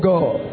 God